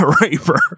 Raper